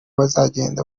bazagenda